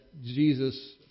Jesus